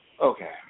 Okay